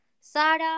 Sarah